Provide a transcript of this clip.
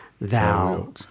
thou